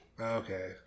Okay